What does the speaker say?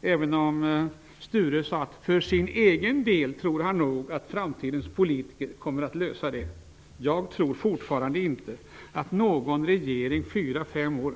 Även om Sture Ericson sade att han för egen del tror att framtidens politiker kommer att lösa detta problem, tror jag inte att någon regering fyra--fem år